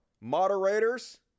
Moderators